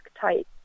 type